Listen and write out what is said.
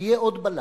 יהיה עוד בלם,